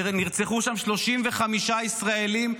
נרצחו שם 35 ישראלים,